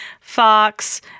Fox